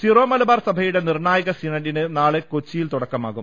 Syro Malabar സഭയുടെ നിർണായക സിനഡിന് നാളെ കൊച്ചിയിൽ തുടക്കമാകും